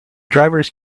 drivers